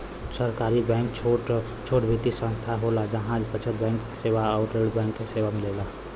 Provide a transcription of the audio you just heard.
सहकारी बैंक छोट छोट वित्तीय संस्थान होला जहा बचत बैंक सेवा आउर ऋण क सेवा मिलेला